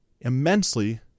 immensely